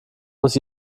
muss